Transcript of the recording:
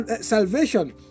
salvation